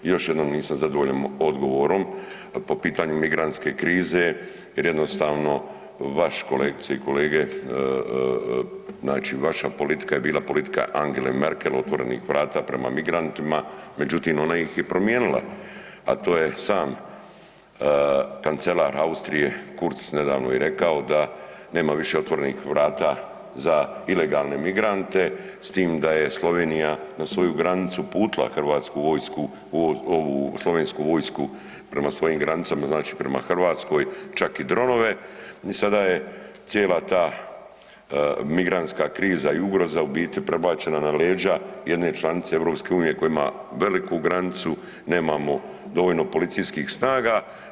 Još jednom nisam zadovoljan odgovorom po pitanju migrantske krize jer jednostavno vaš kolegice i kolege znači vaša politika je bila politika Angele Merkel otvorenih vrata prema migrantima, međutim ona ih je promijenila, a to je sam kancelar Austrije Kurz nedavno i rekao da nema više otvorenih vrata za ilegalne migrante s tim da je Slovenija na svoju granicu uputila slovensku vojsku prema svojim granicama znači prema Hrvatskoj, čak i dronove i sada je cijela ta migrantska kriza i ugroza u biti prebačena na leđa jedne članice EU koja ima veliku granicu, nemamo dovoljno policijskih snaga.